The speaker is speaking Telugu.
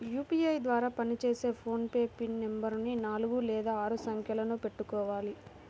యూపీఐ ద్వారా పనిచేసే ఫోన్ పే పిన్ నెంబరుని నాలుగు లేదా ఆరు సంఖ్యలను పెట్టుకోవాలి